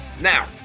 Now